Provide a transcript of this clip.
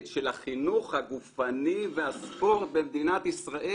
של החינוך הגופני והספורט במדינת ישראל.